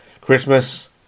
Christmas